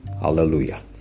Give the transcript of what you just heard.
Hallelujah